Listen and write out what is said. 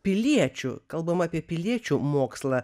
piliečių kalbam apie piliečių mokslą